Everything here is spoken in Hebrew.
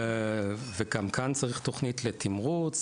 גם כאן צריך תוכנית לתמרוץ,